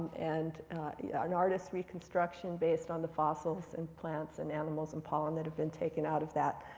and an artist's reconstruction based on the fossils, and plants, and animals, and pollen that have been taken out of that